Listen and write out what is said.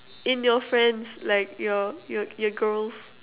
in your friends like your your your girls